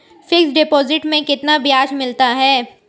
Fix deposit में कितना ब्याज मिलता है?